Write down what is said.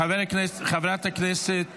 חברת הכנסת